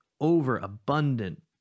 overabundant